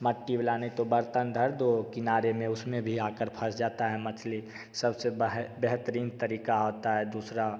मट्टी मिलानी है तो बर्तन धर दो किनारे में उसमें भी आकर फँस जाता है मछली सबसे बेहतरीन तरीक़ा होता है दूसरा